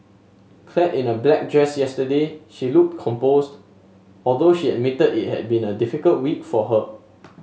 Clad in a black dress yesterday she looked composed although she admitted it had been a difficult week for her